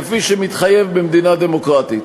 כפי שמתחייב במדינה דמוקרטית.